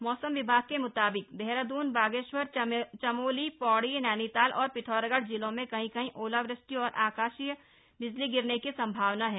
मौसम विभाग के मुताबिक देहराद्रन बागेश्वर चमोली पौड़ी नैनीताल और पिथौरागढ़ जिलों में कहीं कहीं ओलावृष्टि और आकाशीय बिजली गिरने की संभावना है